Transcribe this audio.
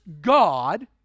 God